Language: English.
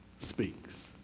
speaks